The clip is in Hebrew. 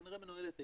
שכנראה מנוהלת היטב,